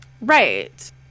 Right